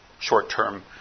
short-term